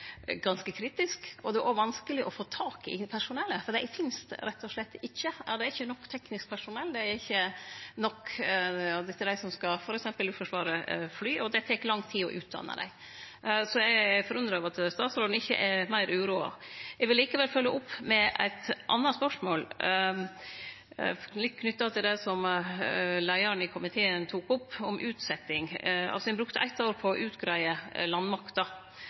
ganske kritisk. Det er også vanskeleg å få tak i personell, for dei finst rett og slett ikkje. Det er ikkje nok teknisk personell. Det er ikkje nok av dei som skal fly i Luftforsvaret, og det tek lang tid å utdanne dei. Eg er forundra over at statsråden ikkje er meir uroa. Eg vil likevel følgje opp med eit anna spørsmål knytt til det som leiaren i komiteen tok opp, om utsetjing. Ein brukte eit år på å utgreie landmakta,